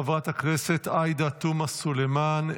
חברת הכנסת עאידה תומא סלימאן,